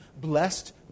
blessed